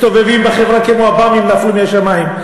שמסתובבים בחברה כמו עב"מים, נפלו מהשמים.